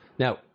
Now